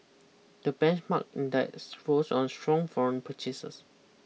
the benchmark index rose on strong foreign purchases